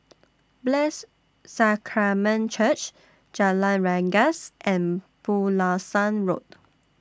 Blessed Sacrament Church Jalan Rengas and Pulasan Road